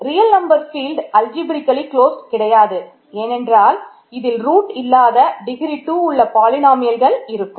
real number இருக்கும்